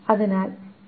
അതിനാൽ t4